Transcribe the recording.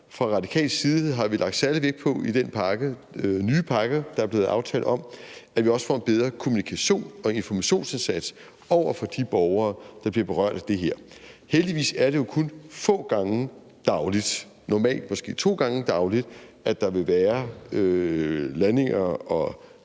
Fra radikal side har vi lagt særlig vægt på, at vi i den nye pakke, der er blevet aftalt, også får en bedre kommunikations- og informationsindsats over for de borgere, der bliver berørt af det her. Og heldigvis er det jo kun få gange dagligt – normalt måske to gange dagligt – at der vil være landinger og